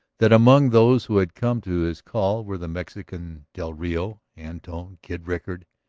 that among those who had come to his call were the mexican, del rio, antone, kid rickard,